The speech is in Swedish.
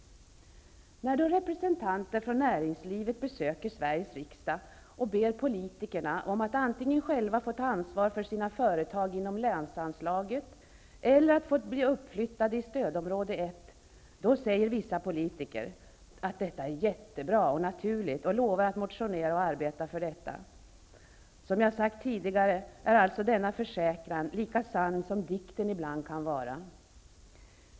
När så representanter för näringslivet besöker Sveriges riksdag och ber politikerna se till att man antingen själv får ta ansvar för sitt företag inom ramen för länsanslaget eller att det blir en uppflyttning till stödområde 1, säger vissa politiker att det är ''jättebra'' och naturligt. Politikerna lovar att de skall motionera och arbeta för att detta skall uppnås. Som jag sagt tidigare är alltså denna försäkran lika sann som dikten ibland är.